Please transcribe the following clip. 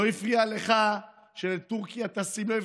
לא הפריע לך שלטורקיה טסים,